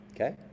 Okay